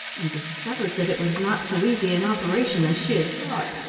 and discovered that it was not so easy an operation as she had thought.